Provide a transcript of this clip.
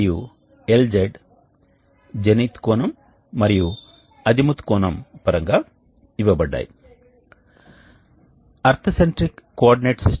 కాబట్టి ఈ rotary regenerator యొక్క డిజైన్ సవరణతో సరైన మరియు గుప్త ఉష్ణ బదిలీ రెండూ సాధ్యమవుతాయి దీనితో ఒక చిన్న యానిమేషన్ ఉంది